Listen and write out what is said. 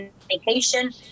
communication